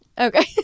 Okay